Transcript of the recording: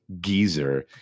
geezer